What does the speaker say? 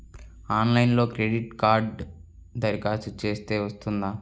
ఆన్లైన్లో క్రెడిట్ కార్డ్కి దరఖాస్తు చేస్తే వస్తుందా?